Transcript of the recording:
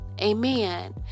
amen